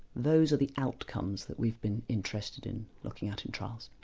those are the outcomes that we've been interested in looking at in trials.